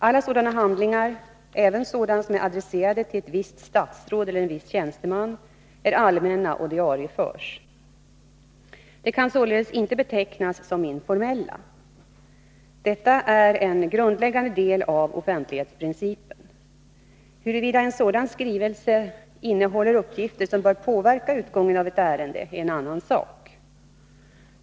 Alla sådana handlingar, även sådana som är adresserade till ett visst statsråd eller en viss tjänsteman, är allmänna och diarieförs. De kan således inte betecknas som informella. Detta är en grundläggande del av offentlighetsprincipen. Huruvida en sådan skrivelse innehåller uppgifter som bör påverka utgången av ett ärende är en annan sak.